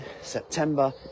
September